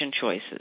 choices